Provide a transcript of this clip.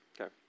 Okay